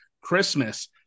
Christmas